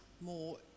more